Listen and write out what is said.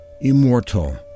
immortal